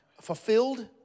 fulfilled